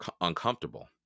uncomfortable